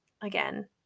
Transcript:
again